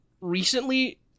recently